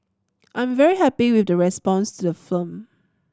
I'm very happy with the response to the firm